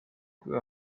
kui